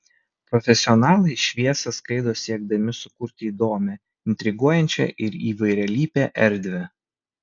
profesionalai šviesą skaido siekdami sukurti įdomią intriguojančią ir įvairialypę erdvę